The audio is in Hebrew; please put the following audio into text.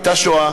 הייתה שואה,